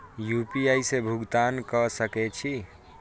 UPI से भुगतान क सके छी?